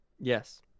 Yes